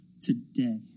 today